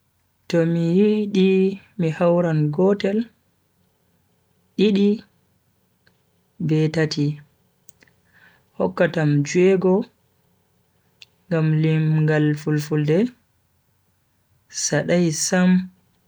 To mi yidi mi hauran gotel, didi be tati, hokkatam ju'ego ngam limngal fulfulde sadai sam.